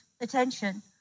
attention